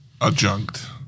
adjunct